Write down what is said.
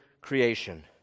Creation